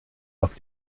auf